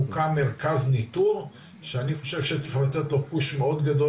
מוקם מרכז ניטור שאני חושב שצריך לתת לו פוש מאוד גדול,